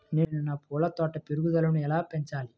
నేను నా పూల తోట పెరుగుదలను ఎలా పెంచాలి?